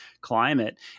climate